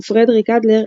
ופרדריק אדלר,